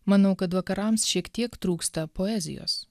manau kad vakarams šiek tiek trūksta poezijos